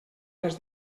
les